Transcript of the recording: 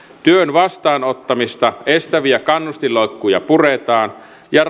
työn vastaanottamista estäviä kannustinloukkuja puretaan ja